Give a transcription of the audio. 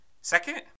Second